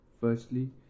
Firstly